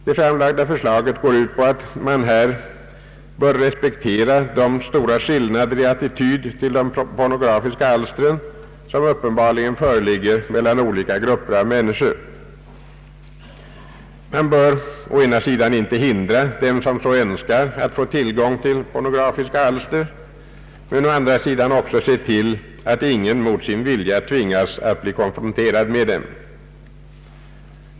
Det framlagda förslaget går ut på att man här bör respektera de stora skillnader i attityd till pornografiska alster som uppenbarligen föreligger mellan olika grupper av människor. Man bör å ena sidan inte hindra den som så önskar att få tillgång till pornografiska alster men å andra sidan också se till att ingen mot sin vilja tvingas att bli konfronterad med dem.